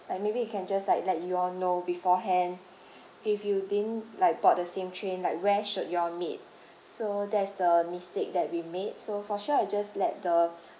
like maybe he can just like let you all know beforehand if you didn't like board the same train like where should you all meet so that is the mistake that we made so for sure I will just let the